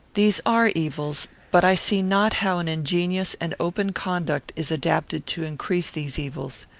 these are evils, but i see not how an ingenious and open conduct is adapted to increase these evils.